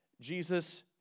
Jesus